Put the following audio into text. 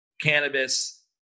cannabis